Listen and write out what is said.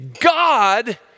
God